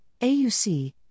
AUC